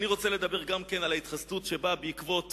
אני רוצה לדבר על ההתחסדות שבאה בעקבות